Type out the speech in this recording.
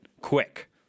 quick